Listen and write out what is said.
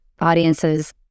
audiences